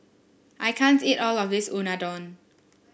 I can't eat all of this Unadon